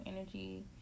energy